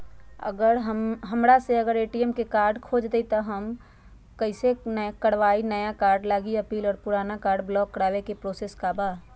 हमरा से अगर ए.टी.एम कार्ड खो जतई तब हम कईसे करवाई नया कार्ड लागी अपील और पुराना कार्ड ब्लॉक करावे के प्रोसेस का बा?